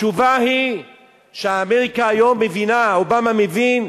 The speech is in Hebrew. התשובה היא שאמריקה היום מבינה, אובמה מבין,